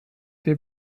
der